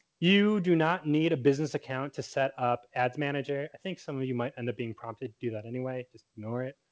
you do not need a business account to set up ads manager. i think some of you might end up being prompted to do that anyway, just ignore it.